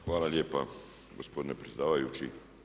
Hvala lijepa gospodine predsjedavajući.